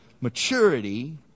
maturity